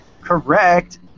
Correct